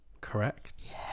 correct